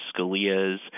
Scalia's